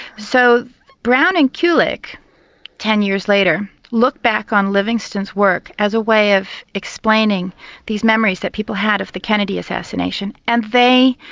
so brown and kulik ten years later looked back on livingston's work as a way of explaining these memories that people had of the kennedy assassination and they,